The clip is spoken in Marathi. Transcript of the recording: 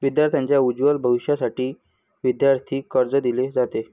विद्यार्थांच्या उज्ज्वल भविष्यासाठी विद्यार्थी कर्ज दिले जाते